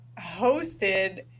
hosted